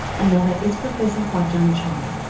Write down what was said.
another is professor huajian cai.